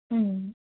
ம்